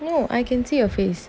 no I can see your face